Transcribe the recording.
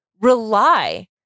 rely